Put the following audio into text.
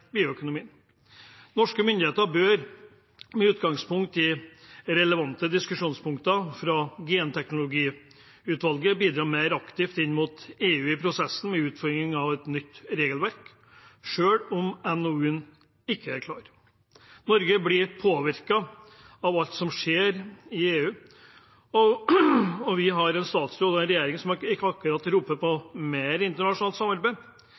utgangspunkt i relevante diskusjonspunkter fra genteknologiutvalget, bidra mer aktivt inn mot EU i prosessen med utformingen av et nytt regelverk, selv om NOU-en ikke er klar. Norge blir påvirket av alt som skjer i EU, og vi har en statsråd og en regjering som ikke akkurat roper på mer internasjonalt samarbeid.